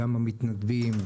גם המתנדבים,